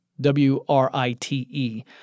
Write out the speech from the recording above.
W-R-I-T-E